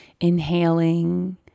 inhaling